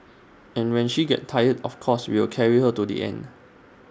and when she gets tired of course we'll carry her to the end